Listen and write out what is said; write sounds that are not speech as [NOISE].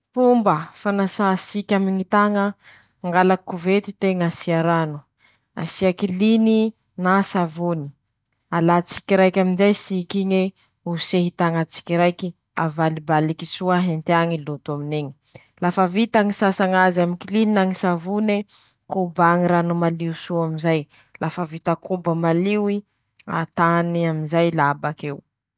Fomba fikarakara zaridin :Omañin-teña ñy tany [SHUSHES] asia ñy vihin-kazo ;lafa vit'eñe, diovy soa asia zeziky, avalibaliky soa tany iñy, vita valibalike, tondrahy, vita ñy tondrak'azy, atsatotsatoky amizay ze raha ambolen-teña aminy ñy zaridin.